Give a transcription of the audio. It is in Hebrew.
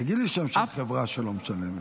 תגיד לי שם של חברה שלא משלמת.